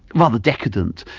rather decadent.